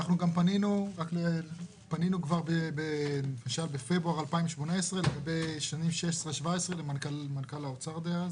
פנינו כבר בפברואר 2018 לגבי שנים 2016 ו-2017 למנכ"ל האוצר דאז,